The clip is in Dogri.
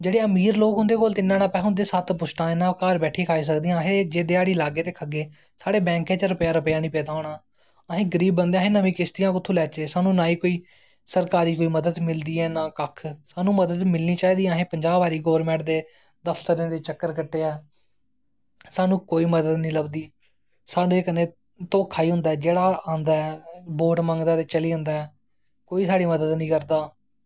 जेह्ड़े अमीर लोग उं'दे कोल ते इन्ना इन्ना पैसे उं'दे सत्त पुशतैनां ओह् घर बैठियै खई सकदियां अस जे ध्याड़ी लाग्गे ते खाह्गे साढ़े बैंकें च रपेआ रपेआ निं पेदा होना अस गरीब बंदे असें नमीं किश्तियां कु'त्थूं लैच्चै सानूं नां गै कोई सरकारी कोई मदद मिलदी ऐ नां कक्ख सानूं मदद मिलनी चाहिदी असें पंजाह् बारी गौरमैंट दे दफ्तरें दे चक्कर कट्टे ऐं सानूं कोई मदद निं लभदी साढ़े कन्नै धोखा गै होंदा ऐ जेह्ड़ा आंदा ऐ वोट मंगदा ऐ ते चली जंदा ऐ कोई साढ़ी मदद निं करदा